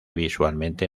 visualmente